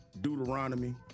Deuteronomy